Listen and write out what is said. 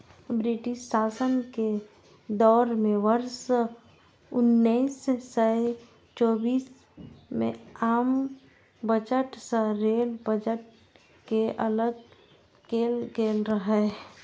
British शासन के दौर मे वर्ष उन्नैस सय चौबीस मे आम बजट सं रेल बजट कें अलग कैल गेल रहै